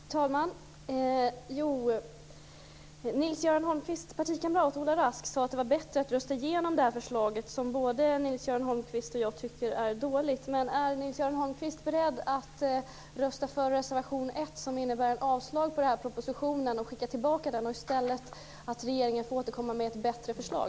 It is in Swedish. Fru talman! Lennart Klockares partikamrat Ola Rask sade att det var bättre att rösta igenom det här förslaget, som både Lennart Klockare och jag tycker är dåligt. Är Lennart Klockare beredd att rösta för reservation 1, som innebär avslag på propositionen och att den skickas tillbaka så att regeringen i stället får återkomma med ett bättre förslag?